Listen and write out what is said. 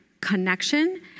connection